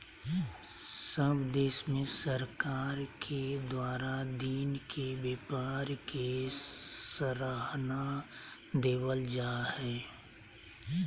सब देश में सरकार के द्वारा दिन के व्यापार के सराहना देवल जा हइ